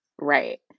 right